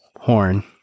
horn